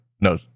No